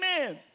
Amen